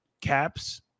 caps